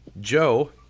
Joe